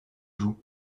joug